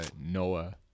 Noah